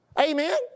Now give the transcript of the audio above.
Amen